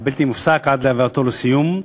הבלתי-מופסק בחוק עד להבאתו לסיום.